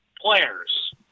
players